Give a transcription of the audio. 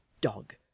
dog